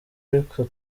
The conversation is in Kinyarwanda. ariko